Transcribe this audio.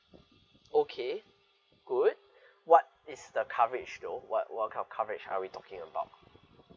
okay good what is the coverage though what what kind of coverage are we talking about